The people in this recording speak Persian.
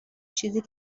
چیزی